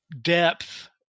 depth